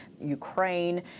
Ukraine